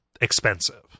expensive